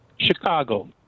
Chicago